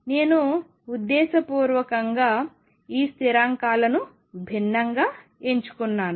నేను ఉద్దేశపూర్వకంగా ఈ స్థిరాంకాలను భిన్నంగా ఎంచుకున్నాను